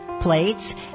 plates